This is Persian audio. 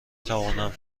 توانم